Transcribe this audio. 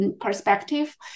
perspective